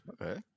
Okay